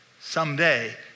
someday